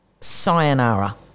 Sayonara